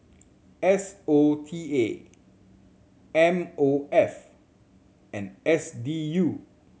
S O T A M O F and S D U